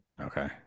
Okay